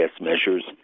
measures